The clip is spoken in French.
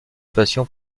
passion